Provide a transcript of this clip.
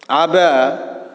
आबय